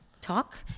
talk